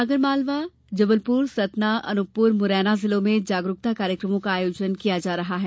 आगरमालवा जबलपुर सतना अनुपपुर मुरैना जिलों में जागरूकता कार्यक्रमों का आयोजन किया जा रहा है